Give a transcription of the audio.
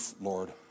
Lord